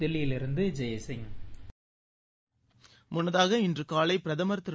தில்லியிலிருந்து ஜெய்சிங் முன்னதாக இன்று காலை பிரதமர் திரு